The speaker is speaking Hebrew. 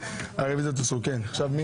מתחילים גם להתבדח וגם לצחוק וזה לא מצחיק,